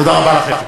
תודה רבה לכם.